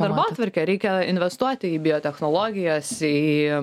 darbotvarkę reikia investuoti į biotechnologijas į